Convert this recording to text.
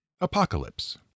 Apocalypse